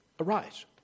Arise